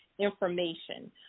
Information